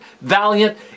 valiant